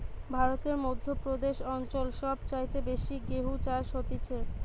ভারতের মধ্য প্রদেশ অঞ্চল সব চাইতে বেশি গেহু চাষ হতিছে